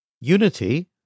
Unity